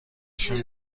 شون